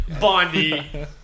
Bondi